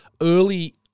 early